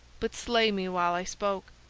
but slay me while i spoke.